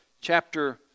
chapter